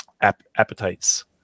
appetites